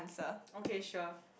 okay sure